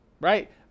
Right